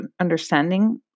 understanding